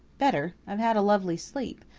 better. i've had a lovely sleep.